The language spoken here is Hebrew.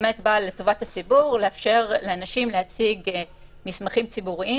והיא מאפשרת לאנשים להציג מסמכים ציבוריים